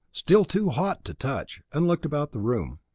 still too hot to touch, and looked about the room.